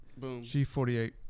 g48